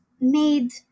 made